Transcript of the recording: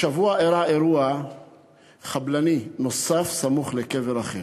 השבוע אירע אירוע חבלני נוסף סמוך לקבר רחל.